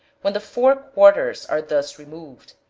when the four quarters are thus removed,